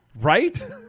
Right